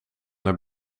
naar